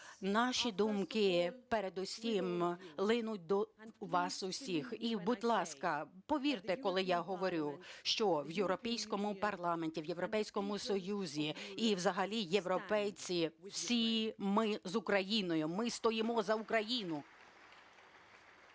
Наші думки передусім линуть до вас усіх і, будь ласка, повірте, коли я говорю, що в Європейському парламенті, в Європейському Союзі і взагалі європейці всі – ми з Україною. Ми стоїмо за Україну!